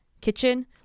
kitchen